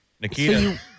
Nikita